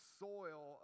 soil